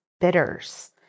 bitters